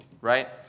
right